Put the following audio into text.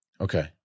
Okay